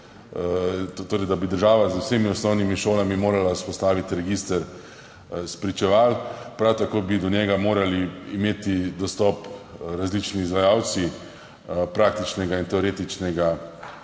torej da bi država z vsemi osnovnimi šolami morala vzpostaviti register spričeval, prav tako bi do njega morali imeti dostop različni izvajalci praktičnega in teoretičnega usposabljanja.